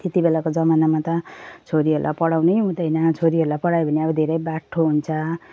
त्यति बेलाको जमानामा त छोरीहरूलाई पढाउनै हुँदैन छोरीहरूलाई पढायो भने अब धेरै बाठो हुन्छ